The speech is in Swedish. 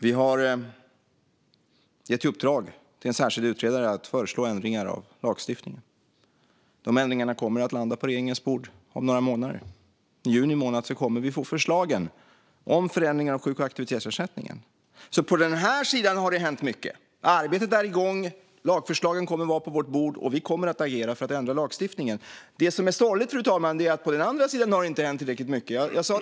Vi har gett i uppdrag till en särskild utredare att föreslå ändringar av lagstiftningen. De ändringarna kommer att landa på regeringens bord om några månader. I juni månad kommer vi att få förslagen om förändringar av sjuk och aktivitetsersättningen. På den här sidan har det hänt mycket. Arbetet är igång. Lagförslagen kommer att vara på vårt bord. Vi kommer att agera för att ändra lagstiftningen. Det som är sorgligt, fru talman, är att det inte har hänt tillräckligt mycket på den andra sidan.